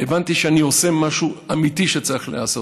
הבנתי שאני עושה משהו אמיתי שצריך להיעשות,